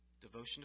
devotion